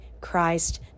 Christ